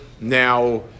Now